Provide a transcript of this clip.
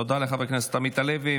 תודה לחבר הכנסת עמית הלוי.